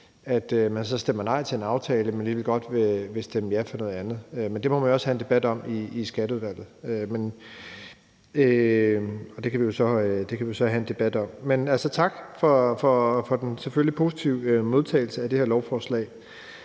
at man så stemmer nej til en aftale, men alligevel godt vil stemme ja til noget andet. Men det må man også have en drøftelse af i Skatteudvalget, og det kan vi så have en debat om. Men selvfølgelig tak for den positive modtagelse af det her lovforslag.